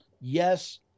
yes